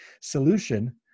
solution